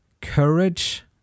courage